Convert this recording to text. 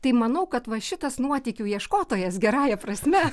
tai manau kad va šitas nuotykių ieškotojas gerąja prasme